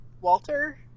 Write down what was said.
Walter